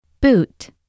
Boot